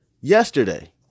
yesterday